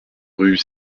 rue